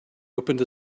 opened